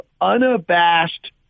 unabashed